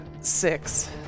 six